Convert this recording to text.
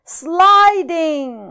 sliding 。